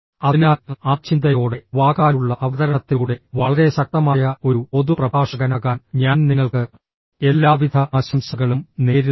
അതിനാൽ ആ ചിന്തയോടെ വാക്കാലുള്ള അവതരണത്തിലൂടെ വളരെ ശക്തമായ ഒരു പൊതു പ്രഭാഷകനാകാൻ ഞാൻ നിങ്ങൾക്ക് എല്ലാവിധ ആശംസകളും നേരുന്നു